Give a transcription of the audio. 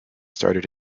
started